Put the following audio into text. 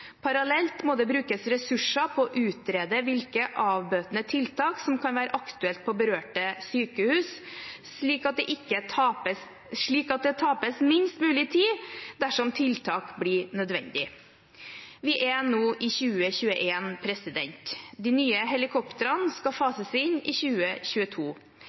Parallelt må det brukes ressurser på å utrede hvilke avbøtende tiltak som kan være aktuelle på berørte sykehus, slik at det tapes minst mulig tid dersom tiltak blir nødvendige. Vi er nå i 2021. De nye helikoptrene skal fases inn i 2022.